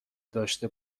داشته